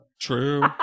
True